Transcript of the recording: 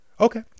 Okay